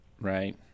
Right